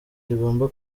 rigomba